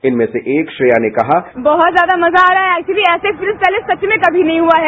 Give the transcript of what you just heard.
इनमें से एक श्रेया ने कहा बहुत ज्यादा मजा आ रहा है एक्वुएली ऐसी एक्सपीरियंस सच में पहले कभी नहीं हुआ है